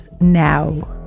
Now